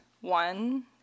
one